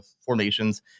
formations